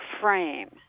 frame